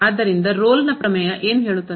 ಆದ್ದರಿಂದ Rolle ಪ್ರಮೇಯ ಏನು ಹೇಳುತ್ತದೆ